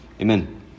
Amen